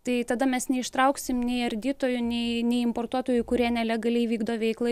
tai tada mes neištrauksim nei ardytojų nei nei importuotojų kurie nelegaliai vykdo veiklą